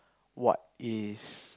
what is